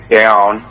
down